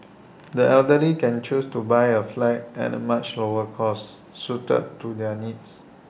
the elderly can choose to buy A flat at the much lower cost suited to their needs